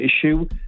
issue